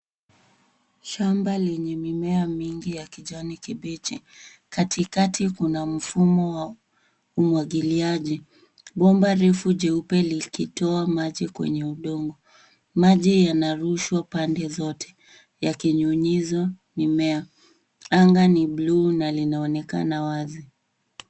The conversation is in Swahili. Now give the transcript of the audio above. Shamba lenye mimea mingi ya kijani kibichi. Katikati kuna mfumo wa umwagiliaji. Bomba refu jeupe likitoa maji kwenye udongo. Maji yanarushwa pande zote yakinyunyiza mimea. Anga ni bluu na linaonekana wazi.